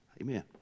Amen